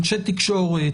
אנשי תקשורת,